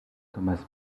thomas